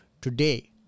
today